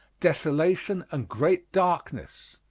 desolation and great darkness!